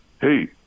hey